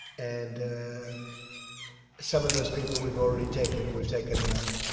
and some of those people we've already taken. we've taken them out.